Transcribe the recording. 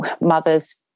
mothers